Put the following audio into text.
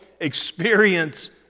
experience